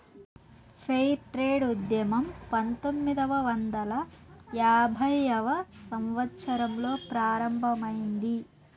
fair trade ఉద్యమం పంతొమ్మిదవ వందల యాభైవ సంవత్సరంలో ప్రారంభమైంది